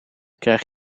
krijg